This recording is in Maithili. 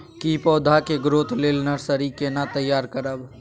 की पौधा के ग्रोथ लेल नर्सरी केना तैयार करब?